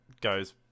goes